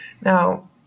Now